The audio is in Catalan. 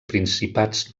principats